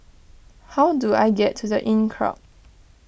how do I get to the Inncrowd